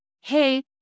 hey